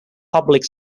public